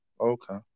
Okay